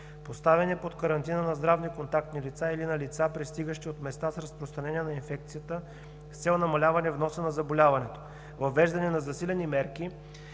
поставяне под карантина на здрави контактни лица или на лица, пристигащи от места с разпространение на инфекцията с цел намаляване вноса на заболяването; въвеждане на засилени мерки